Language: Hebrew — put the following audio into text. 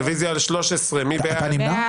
רביזיה על 21. מי בעד?